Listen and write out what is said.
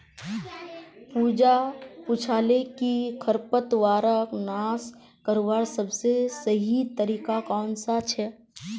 पूजा पूछाले कि खरपतवारक नाश करवार सबसे सही तरीका कौन सा छे